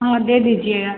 हाँ दे दीजिएगा